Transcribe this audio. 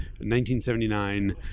1979